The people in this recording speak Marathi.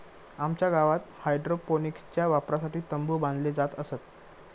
आमच्या गावात हायड्रोपोनिक्सच्या वापरासाठी तंबु बांधले जात असत